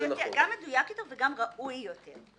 גם מדויק יותר וגם ראוי יותר.